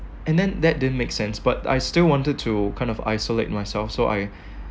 and then that didn't make sense but I still wanted to kind of isolate myself so I